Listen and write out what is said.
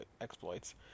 exploits